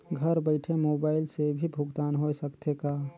घर बइठे मोबाईल से भी भुगतान होय सकथे का?